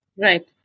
Right